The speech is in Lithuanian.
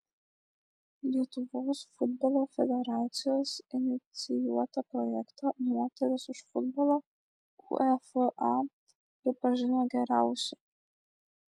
lietuvos futbolo federacijos inicijuotą projektą moterys už futbolą uefa pripažino geriausiu